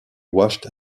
washed